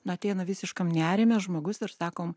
nu ateina visiškam nerime žmogus ir sakom